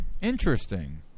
interesting